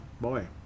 boy